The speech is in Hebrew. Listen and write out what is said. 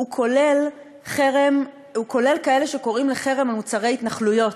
כולל כאלה שקוראים לחרם על מוצרי התנחלויות,